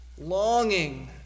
longing